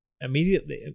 immediately